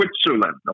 Switzerland